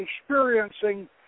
experiencing